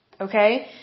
Okay